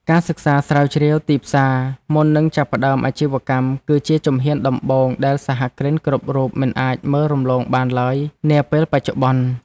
ការសិក្សាស្រាវជ្រាវទីផ្សារមុននឹងចាប់ផ្តើមអាជីវកម្មគឺជាជំហានដំបូងដែលសហគ្រិនគ្រប់រូបមិនអាចមើលរំលងបានឡើយនាពេលបច្ចុប្បន្ន។